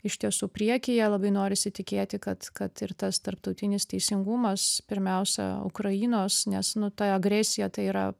iš tiesų priekyje labai norisi tikėti kad kad ir tas tarptautinis teisingumas pirmiausia ukrainos nes nu ta agresija tai yra